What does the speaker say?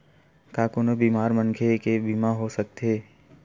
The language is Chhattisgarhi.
का कोनो बीमार मनखे के बीमा हो सकत हे?